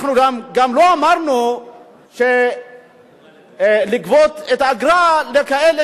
אנחנו גם לא אמרנו לגבות את האגרה מכאלה